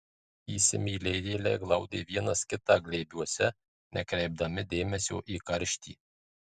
įsimylėjėliai glaudė vienas kitą glėbiuose nekreipdami dėmesio į karštį